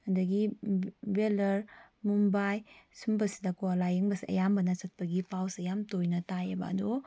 ꯑꯗꯒꯤ ꯕꯦꯂꯔ ꯃꯨꯝꯕꯥꯏ ꯁꯨꯝꯕꯁꯤꯗꯀꯣ ꯂꯥꯏꯌꯦꯡꯕꯁꯦ ꯑꯌꯥꯝꯕꯅ ꯆꯠꯄꯒꯤ ꯄꯥꯎꯁꯦ ꯌꯥꯝ ꯇꯣꯏꯅ ꯇꯥꯏꯌꯦꯕ ꯑꯗꯨ